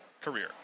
career